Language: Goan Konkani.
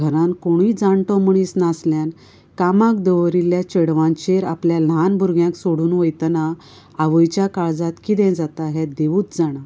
घरान कोणय जाणटो मनीस नासल्यान कामाक दवरिल्ल्या चेडवांचेर आपलें ल्हान भुरग्यांक सोडून वयतना आवयच्या काळजांत कितें जाता हे देवच जाणां